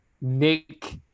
Nick